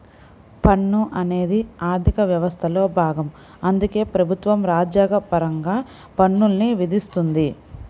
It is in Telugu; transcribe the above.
పన్ను అనేది ఆర్థిక వ్యవస్థలో భాగం అందుకే ప్రభుత్వం రాజ్యాంగపరంగా పన్నుల్ని విధిస్తుంది